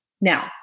Now